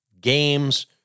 games